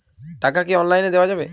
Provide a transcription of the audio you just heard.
টাকা কি অনলাইনে দেওয়া যাবে?